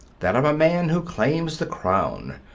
that of a man who claims the crown,